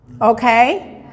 okay